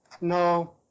No